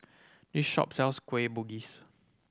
this shop sells Kueh Bugis